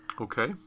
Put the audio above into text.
Okay